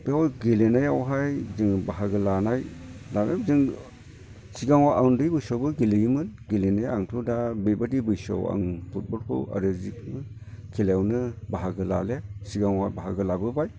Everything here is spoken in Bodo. बेयाव गेलेनायावहाय जोङो बाहागो लानाय लागोन जों सिगाङाव आं उन्दै बैसोआवबो गेलेयोमोन गेलेनाया आंथ' दा बेबायदि बैसोआव आं फुटबलखौ आरो जिखुनु खेलायावनो बाहागो लाले सिगाङाव बाहागो लाबोबाय